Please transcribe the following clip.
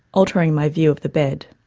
altering my view of the bed.